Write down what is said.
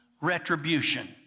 retribution